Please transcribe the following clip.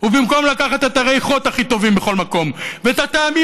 ובמקום לקחת את הריחות הכי טובים מכל מקום ואת הטעמים